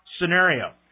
scenario